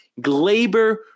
Glaber